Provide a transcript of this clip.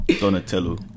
Donatello